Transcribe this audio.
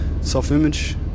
self-image